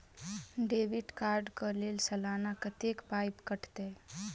Debit card कऽ लेल सलाना कत्तेक पाई कटतै?